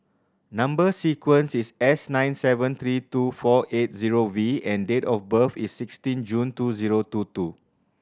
number sequence is S nine seven three two four eight zero V and date of birth is sixteen June two zero two two